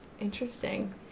Interesting